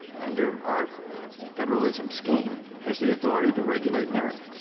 under our federalism scheme, has the authority to regulate marriage.